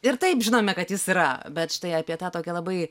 ir taip žinome kad jis yra bet štai apie tą tokią labai